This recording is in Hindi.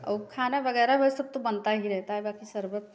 और खाना वगैरह वह सब तो बनता ही रहता है बाकी शरबत